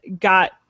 got